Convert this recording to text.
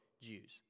Jews